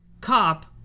cop